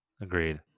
Agreed